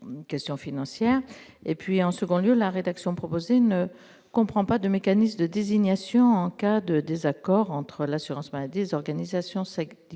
En second lieu, la rédaction proposée ne comprend pas de mécanisme de désignation en cas de désaccord entre l'assurance maladie et les organisations syndicales.